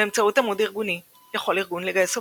באמצעות עמוד ארגוני יכול ארגון לגייס עובדים,